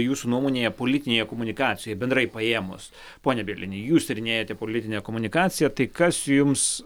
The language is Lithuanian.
jūsų nuomonė politinėje komunikacijoje bendrai paėmus pone bielini jūs tyrinėjate politinę komunikaciją tai kas jums